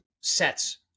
sets